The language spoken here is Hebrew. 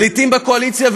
ולעתים בקואליציה,